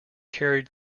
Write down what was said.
carried